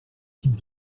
type